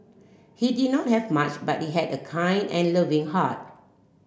he did not have much but he had a kind and loving heart